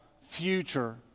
future